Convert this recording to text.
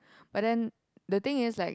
but then the thing is like